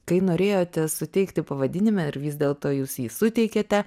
kai norėjote suteikti pavadinime ir vis dėlto jūs jį suteikėte